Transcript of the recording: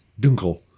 Dunkel